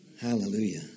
Hallelujah